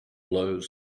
blows